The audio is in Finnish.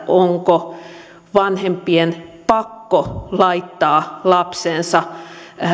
onko vanhempien pakko laittaa lapsensa